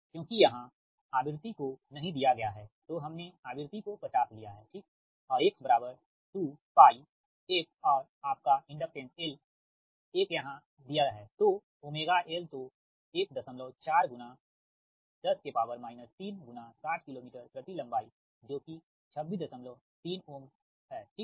क्योंकि यहां आवृत्ति को नहीं दिया गया है तो हमने आवृत्ति को 50 लिया है ठीक और X बराबर 2πfऔर आपका इंडक्टेंस L l यहाँ 1 दिया है तो ωl तो 14 10 3 60 किलोमीटर प्रति लम्बाई जो की 2639Ω ठीक